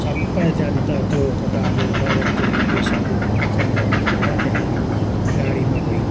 सबै त्यहाँदेखि त त्यो केटाहरूले लगेर त्यो युपिएसहरू सबै हालेर त्यहाँदेखि गाडीमा गयौँ